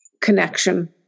connection